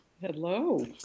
Hello